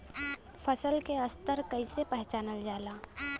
फसल के स्तर के कइसी पहचानल जाला